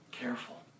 careful